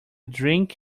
drink